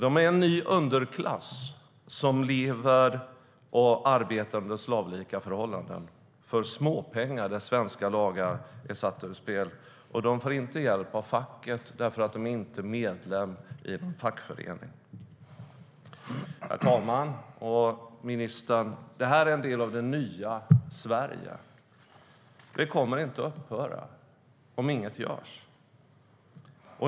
De är en ny underklass som lever och arbetar under slavlika förhållanden för småpengar, och svenska lagar är satta ur spel. De får inte hjälp av facket därför att de inte är medlemmar i någon fackförening. Herr talman! Ministern! Det här är en del av det nya Sverige. Det kommer inte att upphöra om inget görs.